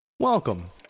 Welcome